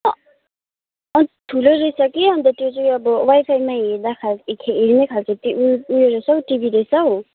ठुलै रहेछ कि अन्त त्यो चाहिँ अब वाइफाइमा हेर्दा हेर्ने खाले उयो रहेछ हौ टिभी रहेछ हौ